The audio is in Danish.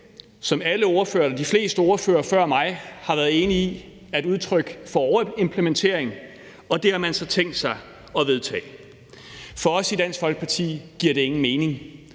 som alle ordførere eller de fleste ordførere før mig har været enige om er et udtryk for overimplementering, og det har man så tænkt sig at vedtage. For os i Dansk Folkeparti giver det ingen mening,